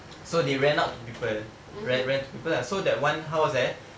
so they rent out to people rent rent to people ah so that one house eh